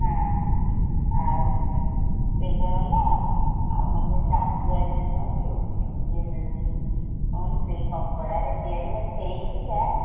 ହଁ ଆଉ ସେହିଟା ଗଲା ଆଉ ମଧ୍ୟ ଚାନ୍ଦୁଆରେ ଯେଉଁ ନୁହେଁ କି ଉପ ଇଏ ମିଳୁଛି କ'ଣ କି ସେହି କପଡ଼ାରେ ତିଆରି ବା ସେମିତିକା